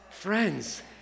Friends